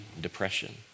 depression